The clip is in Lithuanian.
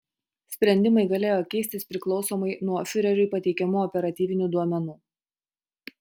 sprendimai galėjo keistis priklausomai nuo fiureriui pateikiamų operatyvinių duomenų